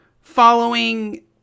following